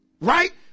Right